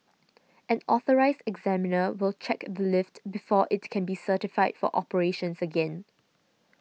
an Authorised Examiner will check the lift before it can be certified for operations again